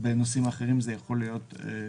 ובנושאים אחרים הוא יכול להיות מישהו אחר.